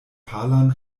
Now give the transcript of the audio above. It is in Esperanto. palan